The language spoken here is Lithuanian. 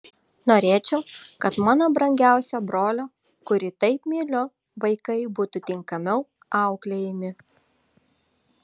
norėčiau kad mano brangiausio brolio kurį taip myliu vaikai būtų tinkamiau auklėjami